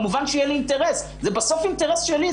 כמובן שיהיה לי אינטרס, זה בסוף אינטרס שלי.